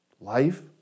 Life